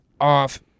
off